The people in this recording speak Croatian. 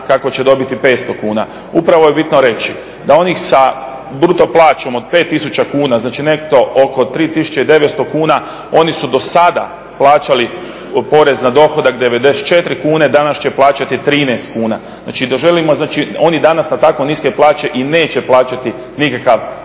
kako će dobiti 500 kuna. Upravo je bitno reći da oni sa bruto plaćom od 5000 kuna, znači neto oko 3900 kuna oni su do sada plaćali porez na dohodak 94 kune. Danas će plaćati 13 kuna. Znači da želimo, znači oni danas na tako niske plaće i neće plaćati nikakav